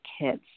kids